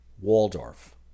Waldorf